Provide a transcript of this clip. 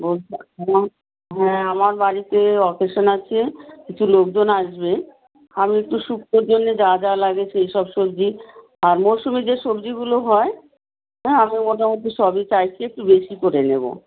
বলছি হ্যাঁ হ্যাঁ আমার বাড়িতে অকেশান আছে কিছু লোকজন আসবে আমি একটু সুক্তোর জন্য যা যা লাগে সেইসব সবজি আর মরশুমি যে সবজিগুলো হয় হ্যাঁ আমি মোটামুটি সবই চাইছি একটু বেশি করে নেবো